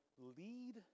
lead